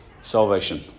salvation